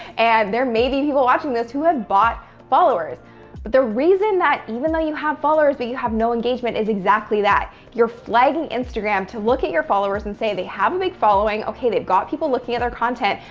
and there may be people watching this who have bought followers. but the reason that even though you have followers that but you have no engagement is exactly that. you're flagging instagram to look at your followers and say they have a big following. okay. they've got people looking at their content,